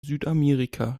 südamerika